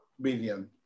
billion